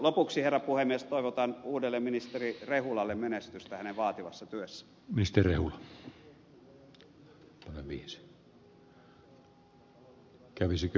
lopuksi herra puhemies toivotan uudelle ministeri rehulalle menestystä hänen vaativassa työssään